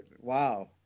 Wow